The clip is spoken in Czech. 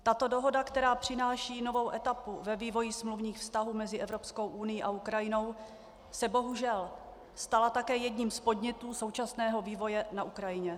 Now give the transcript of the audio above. Tato dohoda, která přináší novou etapu ve vývoji smluvních vztahů mezi Evropskou unií a Ukrajinou, se bohužel stala také jedním z podnětů současného vývoje na Ukrajině.